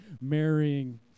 marrying